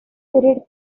period